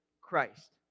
Christ